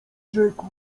rzekł